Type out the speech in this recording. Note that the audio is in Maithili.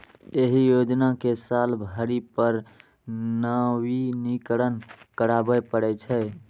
एहि योजना कें साल भरि पर नवीनीकरण कराबै पड़ै छै